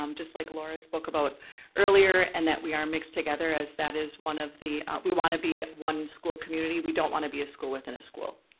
um just like laura spoke about earlier, and that we are mixed together as that is one of the, we wanna be one school community, we don't wanna be a school within a school.